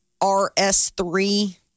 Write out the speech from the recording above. RS3